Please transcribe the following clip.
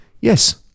Yes